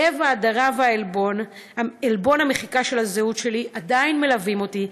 כאב ההדרה ועלבון המחיקה של הזהות שלי עדיין מלווים אותי,